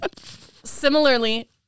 Similarly